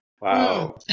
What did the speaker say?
wow